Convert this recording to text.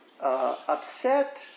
upset